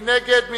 מי נגד?